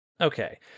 Okay